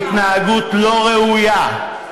התנהגות לא ראויה.